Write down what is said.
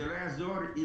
לא יעזור אם